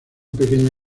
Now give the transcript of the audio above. pequeña